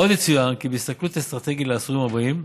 עוד יצוין כי בהסתכלות אסטרטגית לעשורים הבאים,